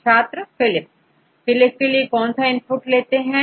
Student Phylip छात्रPhylip Philip के लिए कौन सा इनपुट लेते हैं